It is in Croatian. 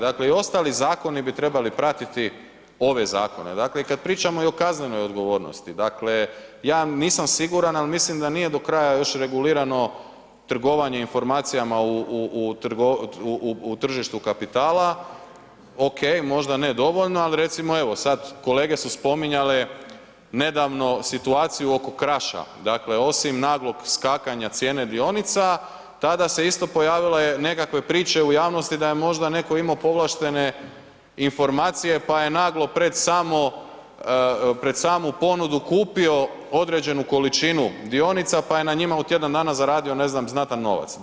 Dakle i ostali zakoni bi trebali pratiti ove zakone, Dakle i kad pričamo i o kaznenoj odgovornosti, dakle, ja nisam siguran, ali mislim da nije do kraja još regulirano trgovanje informacijama u tržištu kapitala, okej, možda ne dovoljno, ali recimo, evo, sad kolege su spominjale nedavno situaciju oko Kraša, dakle osim naglog skakanja cijene dionica, tada se isto pojavile nekakve priče u javnosti da je možda netko imao povlaštene informacije pa je naglo pred samu ponudu kupio određenu količinu dionica pa je na njima u tjedan dana zaradio, ne znam, znatan novac.